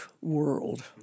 world